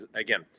again